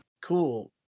Cool